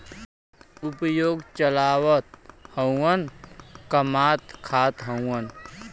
उद्योग चलावत हउवन कमात खात हउवन